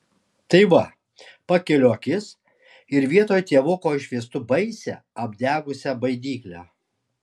tai va pakeliu akis ir vietoj tėvuko išvystu baisią apdegusią baidyklę